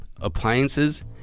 appliances